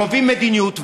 קובעים מדיניות,